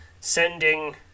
sending